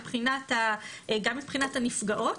גם מבחינת הנפגעות,